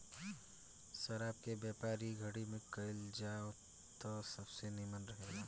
शराब के व्यापार इ घड़ी में कईल जाव त सबसे निमन रहेला